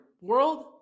world